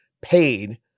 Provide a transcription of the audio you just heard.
paid